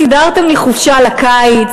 סידרתם לי חופשה בקיץ,